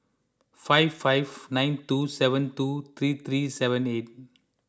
five five nine two seven two three three seven eight